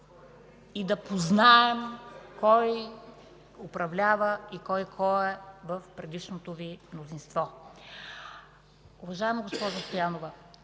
и да познаем кой управлява и кой кой е в предишното Ви мнозинство. Уважаема госпожо Манолова,